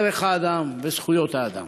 ערך האדם וזכויות האדם.